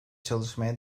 çalışmaya